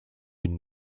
une